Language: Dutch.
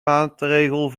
maatregelen